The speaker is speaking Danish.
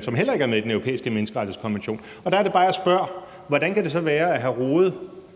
som heller ikke er med i Den Europæiske Menneskerettighedskonvention. Der er det bare, jeg spørger: Hvordan kan det så være, at hr.